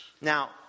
Now